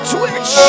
Twitch